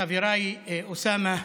חבריי אוסאמה,